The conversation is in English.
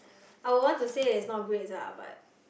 I will want to say that it is not grades lah but